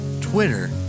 Twitter